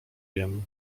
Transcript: wiem